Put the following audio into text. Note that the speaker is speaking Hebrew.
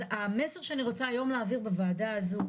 אז המסר שאני רוצה להעביר היום בוועדה הזו,